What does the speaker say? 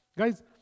Guys